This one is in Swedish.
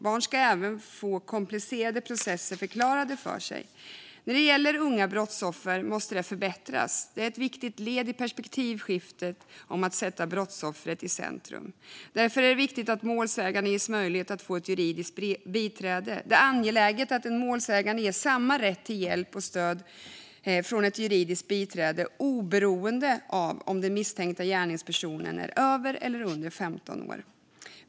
Barn ska även få komplicerade processer förklarade för sig. När det gäller unga brottsoffer måste det förbättras. Det är ett viktigt led i perspektivskiftet om att sätta brottsoffret i centrum. Därför är det viktigt att målsägande ges möjlighet att få ett juridiskt biträde. Det är angeläget att en målsägande ges samma rätt till hjälp och stöd från ett juridiskt biträde oberoende av om den misstänkta gärningspersonen är över eller under 15 år.